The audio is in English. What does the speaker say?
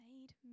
made